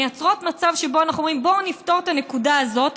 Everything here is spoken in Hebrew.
מייצרות מצב שבו אנחנו אומרים: בואו נפתור את הנקודה הזאת,